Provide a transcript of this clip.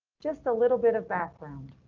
just a little bit of background.